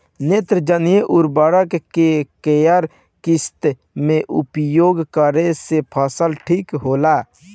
नेत्रजनीय उर्वरक के केय किस्त मे उपयोग करे से फसल ठीक होला?